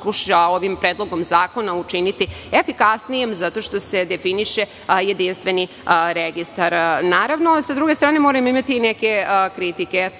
pokušava ovim predlogom zakona učiniti efikasnijim, zato što se definiše jedinstveni registar.S druge strane, moram imati i neke kritike.